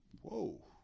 Whoa